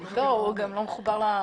אני לא מבין מה הוא אומר.